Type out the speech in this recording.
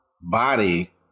body